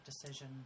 decision